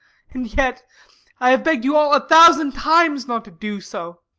and yet i have begged you all a thousand times not to do so!